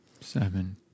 Seven